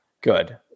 Good